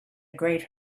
great